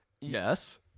yes